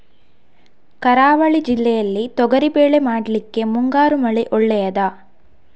ಕರಾವಳಿ ಜಿಲ್ಲೆಯಲ್ಲಿ ತೊಗರಿಬೇಳೆ ಮಾಡ್ಲಿಕ್ಕೆ ಮುಂಗಾರು ಮಳೆ ಒಳ್ಳೆಯದ?